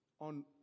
on